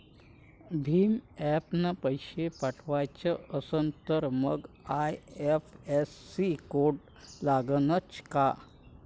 भीम ॲपनं पैसे पाठवायचा असन तर मंग आय.एफ.एस.सी कोड लागनच काय?